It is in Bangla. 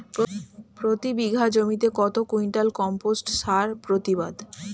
প্রতি বিঘা জমিতে কত কুইন্টাল কম্পোস্ট সার প্রতিবাদ?